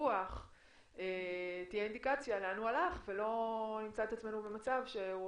הפיקוח תהיה אינדיקציה לאן הוא הלך ולא נמצא את עצמנו במצב שהוא